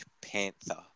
Panther